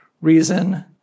reason